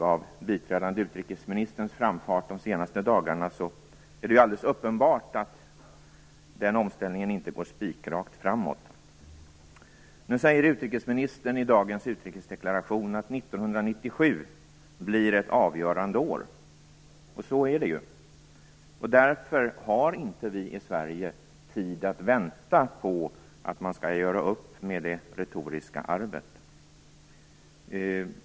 Av biträdande utrikesministerns framfart de senaste dagarna är det ju alldeles uppenbart att den omställningen inte går spikrakt framåt. Nu säger utrikesministern i dagens utrikesdeklaration att 1997 blir ett avgörande år, och så är det ju. Därför har vi i Sverige inte tid att vänta på att man skall göra upp med det retoriska arvet.